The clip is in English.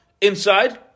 Inside